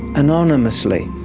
anonymously,